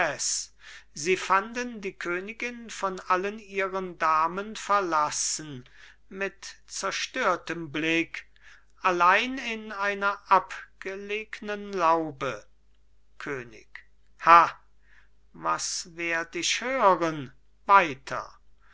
sie fanden die königin von allen ihren damen verlassen mit zerstörtem blick allein in einer abgelegnen laube könig ha was werd ich hören weiter